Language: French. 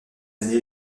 années